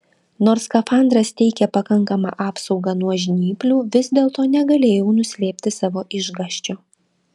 nors skafandras teikė pakankamą apsaugą nuo žnyplių vis dėlto negalėjau nuslėpti savo išgąsčio